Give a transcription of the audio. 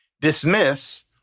dismiss